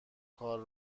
کار